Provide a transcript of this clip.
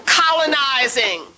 colonizing